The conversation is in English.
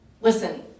Listen